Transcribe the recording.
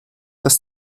das